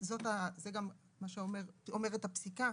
זה גם מה שאומרת הפסיקה.